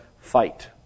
fight